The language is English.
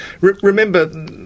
remember